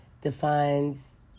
defines